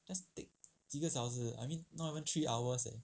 just take 几个小时 I mean not even three hours eh